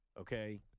okay